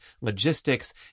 logistics